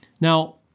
Now